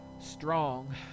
strong